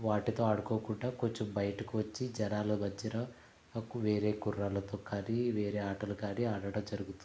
వాటితో ఆడుకోకుండా కొంచెం బయటకి వచ్చి జనాల మధ్యన కు వేరే కుర్రాళ్లతో కానీ వేరే ఆటలు కానీ ఆడడం జరుగుతుంది